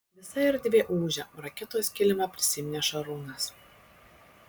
visa erdvė ūžia raketos kilimą prisiminė šarūnas